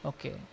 Okay